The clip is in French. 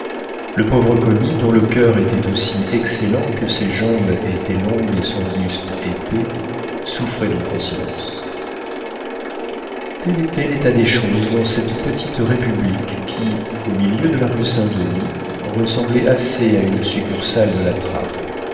le pauvre commis dont le coeur était aussi excellent que ses jambes étaient longues et son buste épais souffrait donc en silence tel était l'état des choses dans cette petite république qui au milieu de la rue saint-denis ressemblait assez à une succursale de la trappe